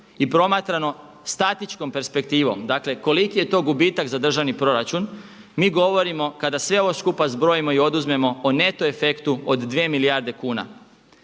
i promatrano statičkom perspektivom, dakle koliki je to gubitak za državni proračun, mi govorimo kada sve ovo skupa zbrojimo o neto efektu od 2 milijarde kuna.